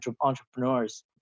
entrepreneurs